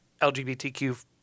LGBTQ